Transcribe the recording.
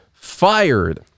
fired